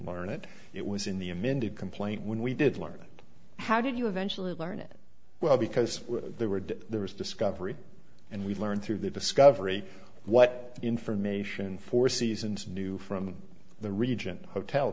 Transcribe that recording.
learn it it was in the amended complaint when we did learn it how did you eventually learn it well because there were there was discovery and we learned through the discovery what information four seasons knew from the region hotel